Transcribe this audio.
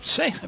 say